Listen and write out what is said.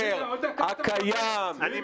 הקיים,